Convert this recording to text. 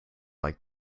like